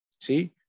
See